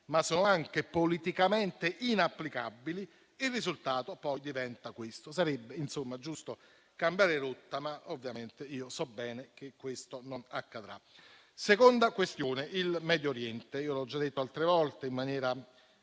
ma sono anche politicamente inapplicabili, il risultato poi diventa questo. Sarebbe insomma giusto cambiare rotta, ma ovviamente so bene che questo non accadrà. La seconda questione riguarda il Medio Oriente.